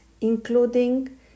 including